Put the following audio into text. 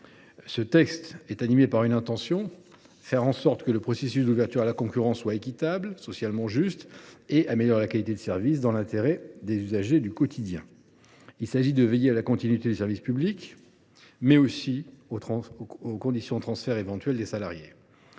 Ce texte est animé par l’intention de faire en sorte que le processus d’ouverture à la concurrence soit équitable, socialement juste et améliore la qualité du service, dans l’intérêt des usagers du quotidien. Il s’agit de veiller à la continuité du service public, mais aussi aux conditions de transfert éventuel des salariés.